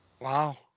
Wow